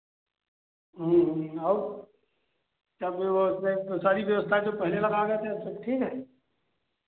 और सब वो व उसमें सारी व्यवस्था जो पहले लगा गए थे अब सब ठीक है